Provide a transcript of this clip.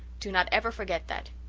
do not ever forget that.